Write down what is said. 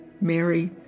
Mary